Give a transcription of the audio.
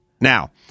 Now